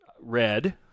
red